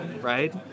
right